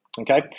Okay